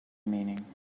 meaning